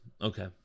Okay